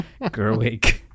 Gerwig